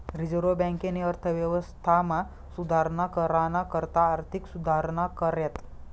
reserve बँकेनी अर्थव्यवस्थामा सुधारणा कराना करता आर्थिक सुधारणा कऱ्यात